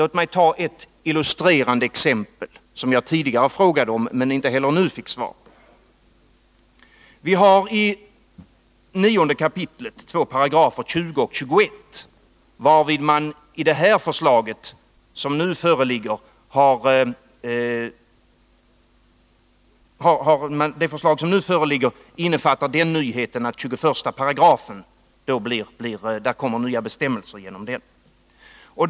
Låt mig ta ett illustrerande exempel, som jag tidigare frågade om men inte heller nu fick besked om. Vi har i9 kap. två paragrafer, 20 och 21. Det förslag som nu föreligger innefattar den nyheten att det kommer nya bestämmelser genom 21 §.